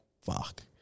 fuck